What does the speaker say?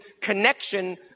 connection